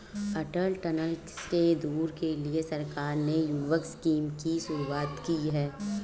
अटल tunnel के tour के लिए सरकार ने युवक स्कीम की शुरुआत की है